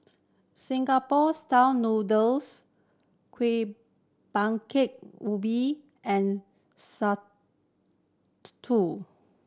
Singapore Style Noodles Kuih Bingka Ubi and